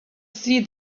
see